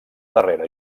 darrera